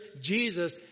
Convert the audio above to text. Jesus